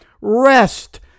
Rest